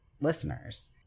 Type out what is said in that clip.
listeners